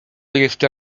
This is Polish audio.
jeszcze